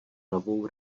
novou